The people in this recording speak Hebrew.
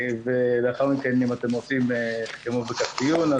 ולאחר מכן אם אתם רוצים תקיימו בכך דיון.